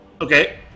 Okay